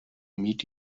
meet